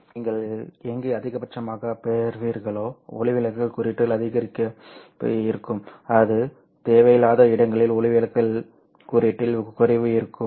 எனவே நீங்கள் எங்கு அதிகபட்சமாகப் பெறுகிறீர்களோ ஒளிவிலகல் குறியீட்டில் அதிகரிப்பு இருக்கும் அது தேவையில்லாத இடங்களில் ஒளிவிலகல் குறியீட்டில் குறைவு இருக்கும்